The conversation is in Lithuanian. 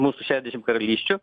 mūsų šešiasdešim karalysčių